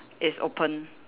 is open